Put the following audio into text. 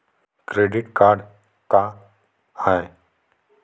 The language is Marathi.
क्रेडिट कार्ड का हाय?